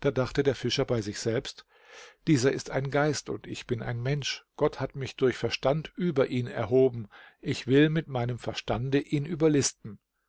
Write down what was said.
da dachte der fischer bei sich selbst dieser ist ein geist und ich bin ein mensch gott hat mich durch verstand über ihn erhoben ich will mit meinem verstande ihn überlisten